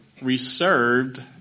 reserved